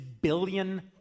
billion